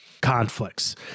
conflicts